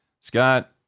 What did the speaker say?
Scott